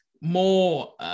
more –